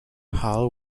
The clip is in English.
hal